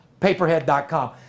Paperhead.com